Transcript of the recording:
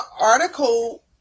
article